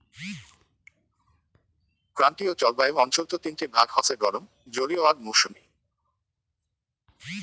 ক্রান্তীয় জলবায়ু অঞ্চলত তিনটি ভাগ হসে গরম, জলীয় আর মৌসুমী